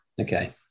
Okay